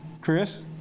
Chris